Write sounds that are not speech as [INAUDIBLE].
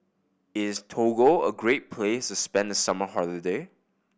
is Togo a great place [UNINTELLIGIBLE] spend summer holiday